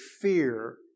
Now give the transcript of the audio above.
fear